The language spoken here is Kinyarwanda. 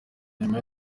nyuma